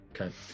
Okay